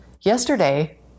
yesterday